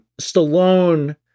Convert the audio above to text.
Stallone